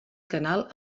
canal